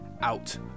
out